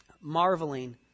marveling